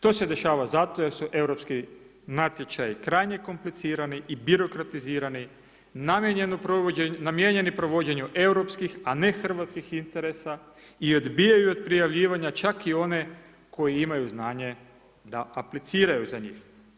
To se dešava zato jer su europski natječaji krajnje komplicirani i birokratizirani, namijenjeni provođenju europskih a ne hrvatskih interesa, i odbijaju od prijavljivanja čak i one koji imaju znanje da apliciraju za njih.